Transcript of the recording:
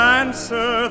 answer